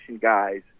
guys